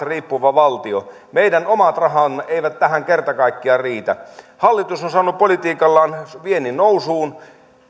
riippuvainen valtio meidän omat rahamme eivät tähän kerta kaikkiaan riitä hallitus on saanut politiikallaan viennin nousuun